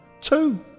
two